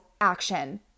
action